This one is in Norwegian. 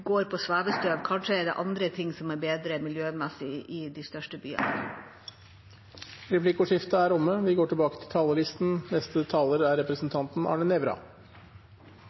går på svevestøv, og det går på at det kanskje er andre ting som miljømessig er bedre i de største byene. Replikkordskiftet er dermed omme.